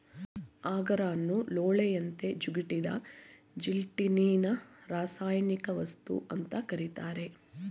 ಅಗಾರನ್ನು ಲೋಳೆಯಂತೆ ಜಿಗುಟಾದ ಜೆಲಟಿನ್ನಿನರಾಸಾಯನಿಕವಸ್ತು ಅಂತ ಕರೀತಾರೆ